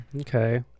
Okay